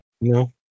No